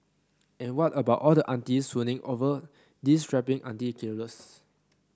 and what about all the aunties swooning over these strapping auntie killers